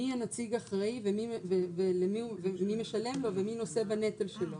מי הנציג האחראי ומי משלם לו ומי נושא נטל שלו.